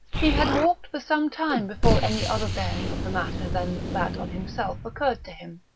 he had walked for some time before any other bearing of the matter than that on himself occurred to him.